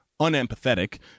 unempathetic